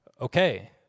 Okay